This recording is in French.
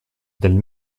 d’elle